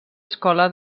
escola